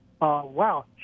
Wow